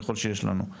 ככל שיש לנו,